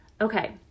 Okay